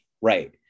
Right